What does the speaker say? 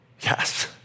Yes